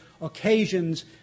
occasions